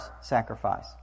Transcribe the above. sacrifice